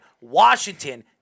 Washington